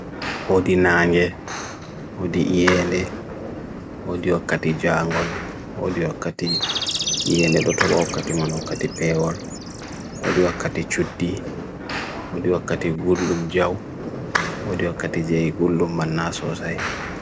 Kuunga ɓe heɓi hokkita kanko ndiyanji laawol ɗiɗi nafaama. Wolves nafoore o yeddi jaandol ɗe, haɓere no suufere nefaama, ha saareje rewele e nder.